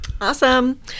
Awesome